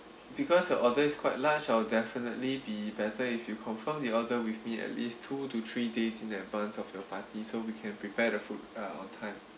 because your order is quite large I'll definitely be better if you confirm the order with me at least two to three days in advance of your party so we can prepare the food uh on time